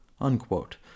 Unquote